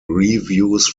reviews